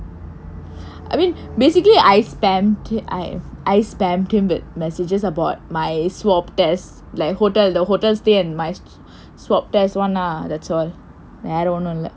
I mean basically I spam I I spammed him with messages about my swab test like hotel the hotel stay and my swab test [one] ah that's all வேற ஒன்னும் இல்ல:veera onnum illa